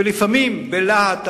לפעמים, בלהט המהירות,